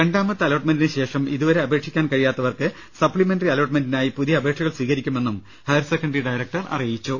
രണ്ടാമത്തെ അലോട്ട്മെന്റിനുശേഷം ഇതുവരെ അപേക്ഷിക്കാൻ കഴി യാത്തവർക്ക് സപ്പിമെന്ററി അലോട്ട്മെന്റിനായി പുതിയ അപേക്ഷകൾ സ്വീകരി ക്കുമെന്ന് ഹയർ സെക്കന്റി ഡയറക്ടർ അറിയിച്ചു